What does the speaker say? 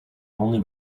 only